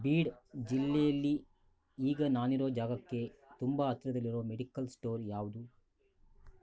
bead ಜಿಲ್ಲೆಯಲ್ಲಿ ಈಗ ನಾನಿರೋ ಜಾಗಕ್ಕೆ ತುಂಬ ಹತ್ರದಲ್ಲಿರೋ ಮೆಡಿಕಲ್ ಸ್ಟೋರ್ ಯಾವುದು